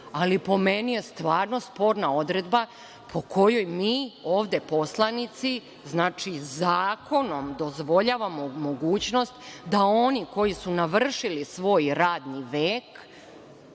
po meni je stvarno sporna odredba po kojoj mi ovde poslanici, zakonom dozvoljavamo mogućnost da oni koji su navršili svoj radni vek,